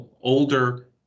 older